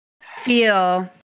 feel